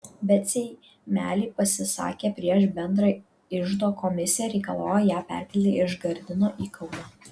bet seimeliai pasisakė prieš bendrą iždo komisiją reikalavo ją perkelti iš gardino į kauną